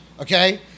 Okay